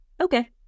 okay